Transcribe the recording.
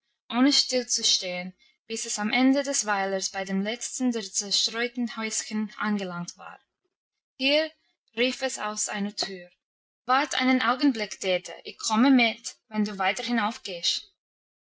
ohne still zu stehen bis es am ende des weilers bei dem letzten der zerstreuten häuschen angelangt war hier rief es aus einer tür wart einen augenblick dete ich komme mit wenn du weiter